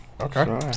Okay